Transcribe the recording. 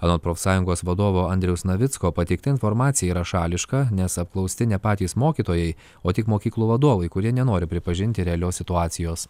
anot profsąjungos vadovo andriaus navicko pateikta informacija yra šališka nes apklausti ne patys mokytojai o tik mokyklų vadovai kurie nenori pripažinti realios situacijos